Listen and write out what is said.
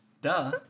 Duh